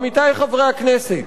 עמיתי חברי הכנסת,